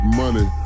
money